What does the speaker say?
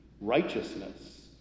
righteousness